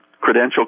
credential